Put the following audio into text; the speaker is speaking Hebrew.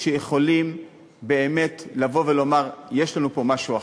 יכולים באמת לבוא ולומר: יש לנו פה משהו אחר.